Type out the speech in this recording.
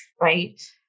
right